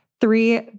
Three